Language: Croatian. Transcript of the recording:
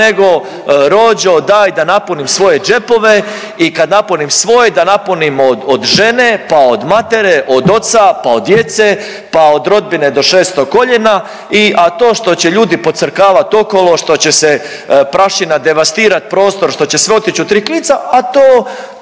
nego, rođo, daj da napunim svoje džepove i kad napunim svoje, da napunimo od žene pa od matere, od oca pa od djece pa od rodbine do 6. koljena i, a to što će ljudi pocrkavat okolo, što će se prašina devastirati, prostor, što će sve otić u 3 klinca, a to,